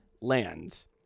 lands